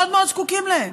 מאוד מאוד זקוקים להן.